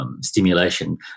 Stimulation